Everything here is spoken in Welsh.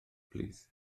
plîs